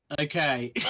okay